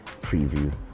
preview